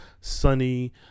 sunny